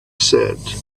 said